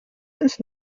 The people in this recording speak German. ins